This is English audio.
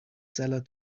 seller